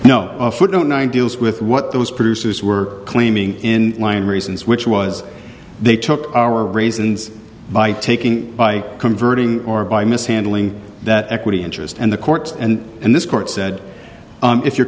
footnote nine deals with what those producers were claiming in line reasons which was they took our raisins by taking by converting or by mishandling that equity interest and the courts and and this court said if you're